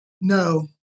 No